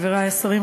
חברי השרים,